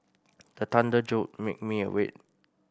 the thunder jolt make me awake